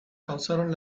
causaron